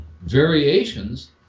variations